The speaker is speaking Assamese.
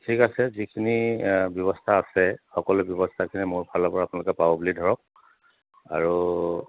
ঠিক আছে যিখিনি ব্যৱস্থা আছে সকলো ব্যৱস্থাখিনি মোৰ ফালৰ পৰা আপোনালোকে পাব বুলি ধৰক আৰু